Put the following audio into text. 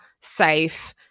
safe